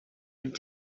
and